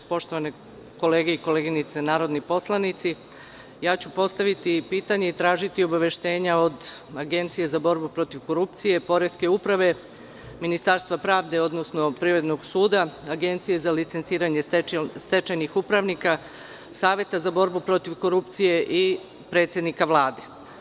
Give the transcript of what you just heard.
Poštovane kolege i koleginice narodni poslanici, postaviću pitanje i tražiti obaveštenja od Agencije za borbu protiv korupcije, Poreske uprave, Ministarstva pravde, odnosno Privrednog suda, Agencije za licenciranje stečajnih upravnika, Saveta za borbu protiv korupcije i predsednika Vlade.